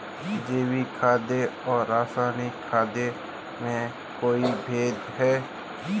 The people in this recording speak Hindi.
जैविक खाद और रासायनिक खाद में कोई भेद है?